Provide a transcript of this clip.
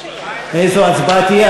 איזו הצבעה תהיה?